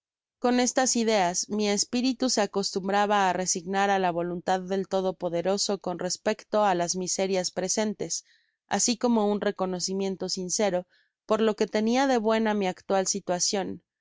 con estas ideas mi espiritu se acostumbraba á resignar á la voluntad del todopoderoso con respecto á las miserias presentes asi como un reconocimiento sincero por lo que tenia de buena mi actual situacion